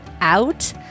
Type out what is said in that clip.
out